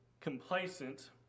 complacent